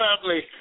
family